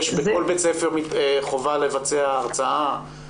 בכל בית ספר יש חובה לבצע הרצאה?